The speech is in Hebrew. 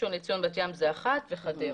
ראשון לציון-בת ים, וחדרה.